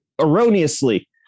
erroneously